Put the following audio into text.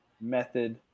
method